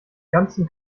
ganzen